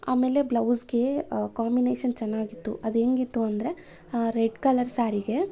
ಆಮೇಲೆ ಬ್ಲೌಝ್ಗೆ ಕಾಂಬಿನೇಷನ್ ಚೆನ್ನಾಗಿತ್ತು ಅದು ಹೇಗಿತ್ತು ಅಂದರೆ ರೆಡ್ ಕಲರ್ ಸ್ಯಾರಿಗೆ